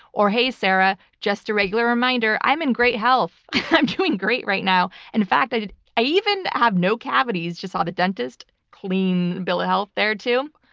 or, hey sarah, just a regular reminder. i'm in great health. i'm doing great right now. in fact, i i even have no cavities. just saw the dentist clean bill of ah health there, too,